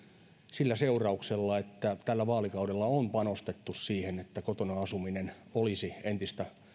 sillä seurauksella että tällä vaalikaudella on panostettu siihen että kotona asuminen olisi entistä